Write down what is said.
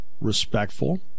Respectful